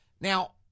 now